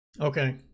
okay